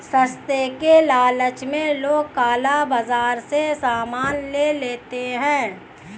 सस्ते के लालच में लोग काला बाजार से सामान ले लेते हैं